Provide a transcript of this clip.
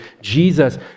Jesus